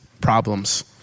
problems